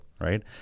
right